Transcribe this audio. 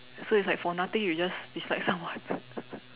so it's like for nothing you just dislike someone